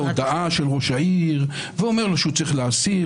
הודעה של ראש העיר ואומר לו שהוא צריך להסיר.